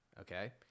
okay